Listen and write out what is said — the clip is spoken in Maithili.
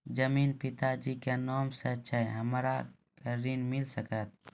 जमीन पिता जी के नाम से छै हमरा के ऋण मिल सकत?